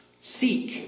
Seek